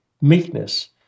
meekness